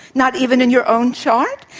not even in your own chart?